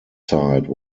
side